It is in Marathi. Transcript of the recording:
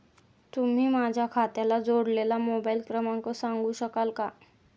तुम्ही माझ्या खात्याला जोडलेला मोबाइल क्रमांक सांगू शकाल का?